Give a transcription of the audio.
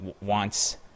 wants